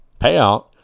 payout